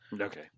Okay